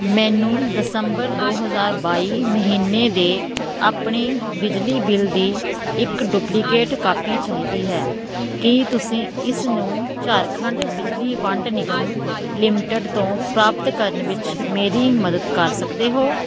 ਮੈਨੂੰ ਦਸੰਬਰ ਦੋ ਹਜ਼ਾਰ ਬਾਈ ਮਹੀਨੇ ਦੇ ਆਪਣੇ ਬਿਜਲੀ ਬਿੱਲ ਦੀ ਇੱਕ ਡੁਪਲੀਕੇਟ ਕਾਪੀ ਚਾਹੀਦੀ ਹੈ ਕੀ ਤੁਸੀਂ ਇਸ ਨੂੰ ਝਾਰਖੰਡ ਬਿਜਲੀ ਵੰਡ ਨਿਗਮ ਲਿਮਟਿਡ ਤੋਂ ਪ੍ਰਾਪਤ ਕਰਨ ਵਿੱਚ ਮੇਰੀ ਮਦਦ ਕਰ ਸਕਦੇ ਹੋ